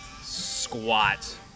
squat